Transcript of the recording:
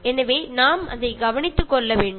எனவே நாம் அதை நன்றாக கவனித்துக் கொள்ள வேண்டும்